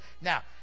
Now